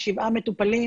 שבעה מטופלים